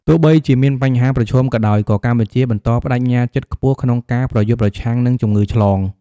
ទោះបីជាមានបញ្ហាប្រឈមក៏ដោយ ក៏កម្ពុជាបន្តប្តេជ្ញាចិត្តខ្ពស់ក្នុងការប្រយុទ្ធប្រឆាំងនឹងជំងឺឆ្លង។